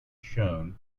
shown